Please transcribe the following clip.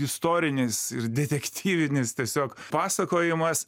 istorinis ir detektyvinis tiesiog pasakojimas